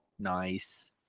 nice